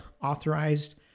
authorized